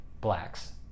blacks